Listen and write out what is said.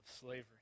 slavery